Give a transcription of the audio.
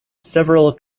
several